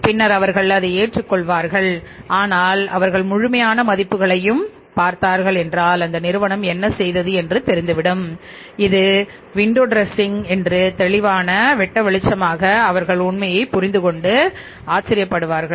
பின்னர் அவர்கள் அதை ஏற்றுக்கொள்வார்கள் ஆனால் அவர்கள் முழுமையான மதிப்புகளையும் பார்த்தார்கள் என்றால் இந்த நிறுவனம் என்ன செய்தது என்று தெரிந்துவிடும் இது சாளர அலங்காரத்தின் விண்டோ ட்ரெஸ்ஸிங்ன் தெளிவான வெட்டு என்று அவர்கள் உண்மையை புரிந்து கொண்டுஆச்சரியப்படுவார்கள்